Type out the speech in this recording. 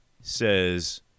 says